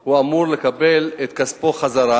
הוא אמור לקבל את כספו חזרה,